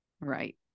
Right